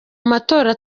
matora